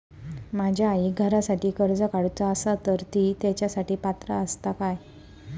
माझ्या आईक घरासाठी कर्ज काढूचा असा तर ती तेच्यासाठी पात्र असात काय?